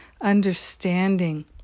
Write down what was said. understanding